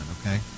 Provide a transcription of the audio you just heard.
Okay